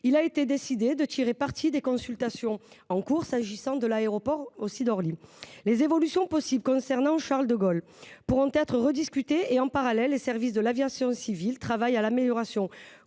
il a été décidé de tirer parti des consultations en cours s’agissant de l’aéroport d’Orly. Les évolutions possibles concernant Charles-de-Gaulle pourront être rediscutées ; en parallèle, les services de l’aviation civile travaillent à l’amélioration